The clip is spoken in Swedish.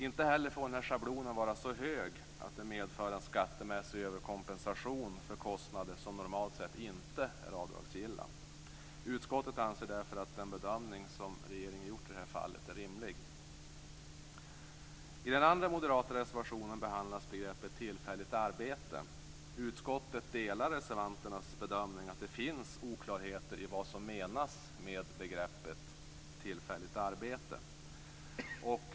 Inte heller får schablonen vara så hög att den medför en skattemässig överkompensation för kostnader som normalt sett inte är avdragsgilla. Utskottet anser därför att den bedömning som regeringen gjort i det här fallet är rimlig. I den andra moderata reservationen behandlas begreppet "tillfälligt arbete". Utskottet delar reservanternas bedömning att det finns oklarheter i vad som menas med begreppet "tillfälligt arbete".